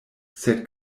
sed